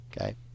Okay